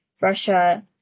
Russia